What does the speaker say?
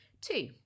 Two